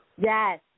Yes